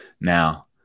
Now